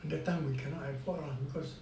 that time we cannot afford lah